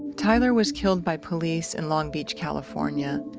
tyler was killed by police in long beach, california.